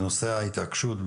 ההתעקשות,